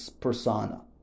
persona